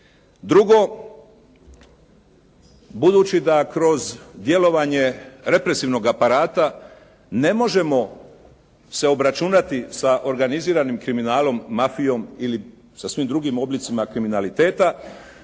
Drugo, budući da kroz djelovanje represivnog aparata ne možemo se obračunati sa organiziranim kriminalom, mafijom ili sa svim drugim oblicima kriminaliteta